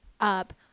up